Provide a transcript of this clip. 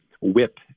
whip